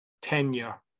tenure